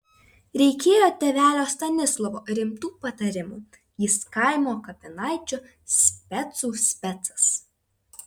reikėjo tėvelio stanislovo rimtų patarimų jis kaimo kapinaičių specų specas